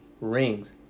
Rings